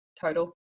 total